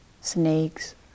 snakes